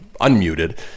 unmuted